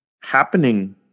happening